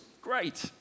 great